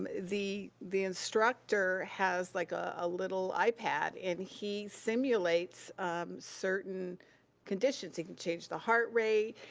um the the instructor has like ah a little ipad and he simulates certain conditions. he can change the heart rate,